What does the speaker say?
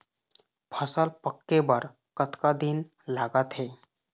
फसल पक्के बर कतना दिन लागत हे?